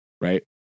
Right